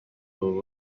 ubu